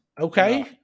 Okay